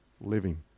living